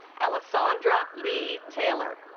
alessandra lead taylor